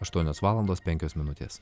aštuonios valandos penkios minutės